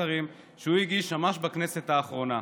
שרים שהוא הגיש ממש בכנסת האחרונה: